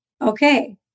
Okay